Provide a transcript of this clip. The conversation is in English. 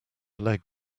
leg